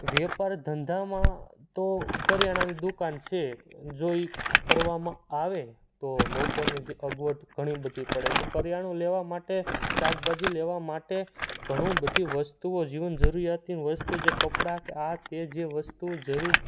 વેપાર ધંધામાં તો કરિયાણાની દુકાન છે જો એ કરવામાં આવે તો લોકોને જે અગવડ ઘણી બધી પડે છે કરિયાણું લેવા માટે શાકભાજી લેવા માટે ઘણું બધી વસ્તુઓ જીવન જરૂરિયાતની વસ્તુ જે કપડાં કે આ તે જે વસ્તુ જરૂર